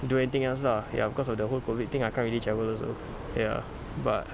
do anything else lah ya because of the whole COVID thing I can't really travel also ya but